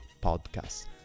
Podcasts